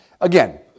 Again